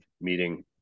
meeting